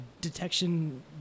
detection